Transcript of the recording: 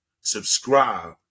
subscribe